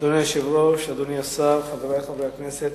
אדוני היושב-ראש, אדוני השר, חברי חברי הכנסת,